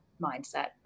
mindset